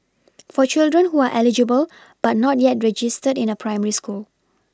for children who are eligible but not yet registered in a primary school